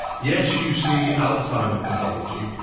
yes you see alzheimer pathology,